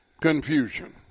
confusion